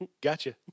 gotcha